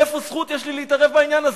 איזו זכות יש לי להתערב בעניין הזה?